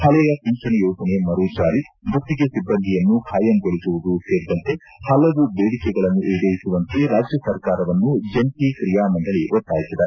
ಹಳೆಯ ಪಿಂಚಣಿ ಯೋಜನೆ ಮರುಜಾರಿ ಗುತ್ತಿಗೆ ಸಿಬ್ಬಂದಿಯನ್ನು ಖಾಯಂಗೊಳಿಸುವುದು ಸೇರಿದಂತೆ ಹಲವು ಬೇಡಿಕೆಗಳನ್ನು ಈಡೇರಿಸುವಂತೆ ರಾಜ್ಯ ಸರ್ಕಾರವನ್ನು ಜಂಟಿ ಕ್ರಿಯಾ ಮಂಡಳಿ ಒತ್ತಾಯಿಸಿದೆ